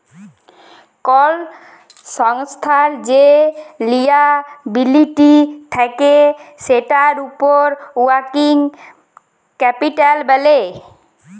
call সংস্থার যে liability থাক্যে সেটার উপর ওয়ার্কিং ক্যাপিটাল ব্যলে